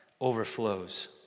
overflows